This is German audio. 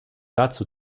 dazu